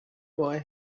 boy